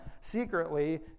secretly